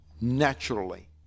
naturally